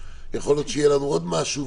שיכול להיות שיהיה לנו עוד משהו,